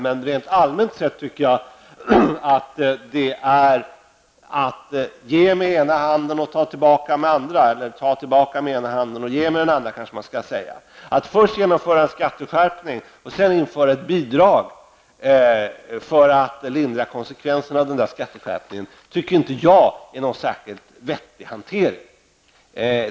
Men rent allmänt sett tycker jag att det är att ge med den ena handen och ta tillbaka med den andra -- eller att ta tillbaka med den ena handen och ge med den andra, kanske man skulle säga -- att först genomföra en skatteskärpning och sedan införa ett bidrag för att lindra konsekvenserna av skatteskärpningen. Det tycker inte jag är någon särskilt vettig hantering.